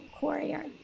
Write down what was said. courier